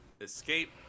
escape